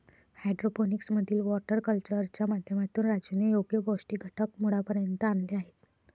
hydroponics मधील water कल्चरच्या माध्यमातून राजूने योग्य पौष्टिक घटक मुळापर्यंत आणले आहेत